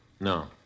No